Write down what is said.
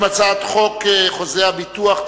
על הצעתו של חבר הכנסת לוין,